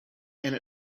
and